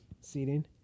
seating